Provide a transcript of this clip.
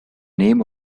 name